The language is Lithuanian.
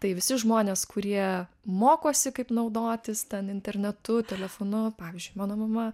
tai visi žmonės kurie mokosi kaip naudotis ten internetu telefonu pavyzdžiui mano mama